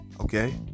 Okay